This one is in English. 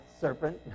serpent